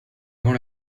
avant